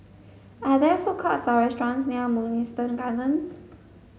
are there food courts or restaurants near Mugliston Gardens